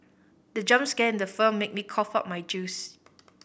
the jump scare in the film made me cough out my juice